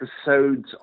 episodes